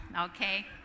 okay